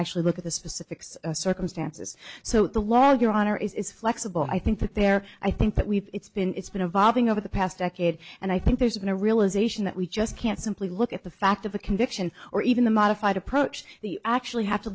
actually look at the specifics circumstances so the law your honor is flexible i think that there i think that we've it's been it's been evolving over the past decade and i think there's been a realization that we just can't simply look at the fact of the conviction or even the modified approach the actually have to